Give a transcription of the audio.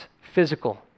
physical